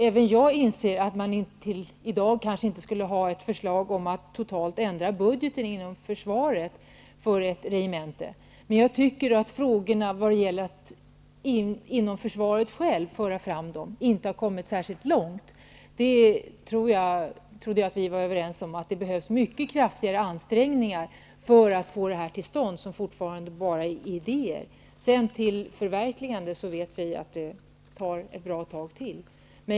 Även jag inser att man till i dag inte skulle kunna lägga fram ett förslag om att totalt ändra budgeten för ett regemente inom försvaret. Men jag tycker att man inom försvaret inte har kommit särskilt långt med att föra fram frågorna. Jag trodde att vi var överens om att det behövs kraftigare ansträngningar för att genomföra det som fortfarande är idéer. Vi vet att det tar ett bra tag till att komma fram till förverkligandet.